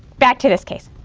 back to this case.